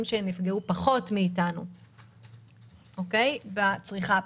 שהן נפגעו פחות מאיתנו בצריכה הפרטית.